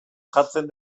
jartzen